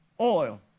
oil